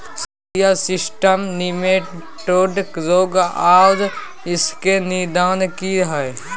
Cereal system nematode रोग आर इसके निदान की हय?